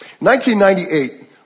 1998